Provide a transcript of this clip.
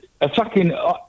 attacking